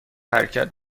حرکت